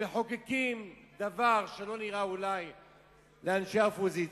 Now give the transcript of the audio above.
ומחוקקים דבר שלא נראה אולי לאנשי האופוזיציה,